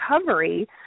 recovery